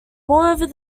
moreover